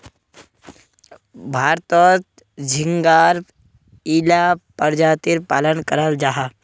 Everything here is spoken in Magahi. भारतोत झिंगार इला परजातीर पालन कराल जाहा